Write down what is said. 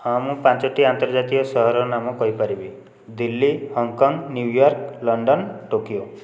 ହଁ ମୁଁ ପାଞ୍ଚଟି ଆନ୍ତର୍ଜାତିୟ ସହରର ନାମ କହିପାରିବି Delhi Hong Kong New York London Tokyo